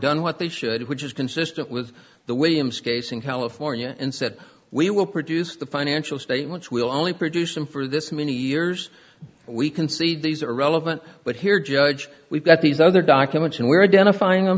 done what they should which is consistent with the williams case in california and said we will produce the financial statements will only produce them for this many years we concede these are relevant but here judge we've got these other documents and were identifying them